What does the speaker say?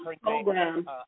program